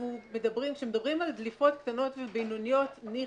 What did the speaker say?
כשמדברים על דליפות קטנות ובינוניות ניחא,